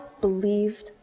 believed